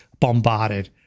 bombarded